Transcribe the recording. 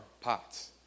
pots